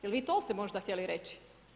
Je li vi to ste možda htjeli reći?